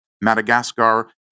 Madagascar